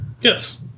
yes